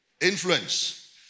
Influence